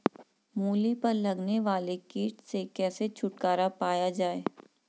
मूली पर लगने वाले कीट से कैसे छुटकारा पाया जाये?